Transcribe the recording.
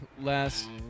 last